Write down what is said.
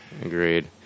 Agreed